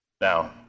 Now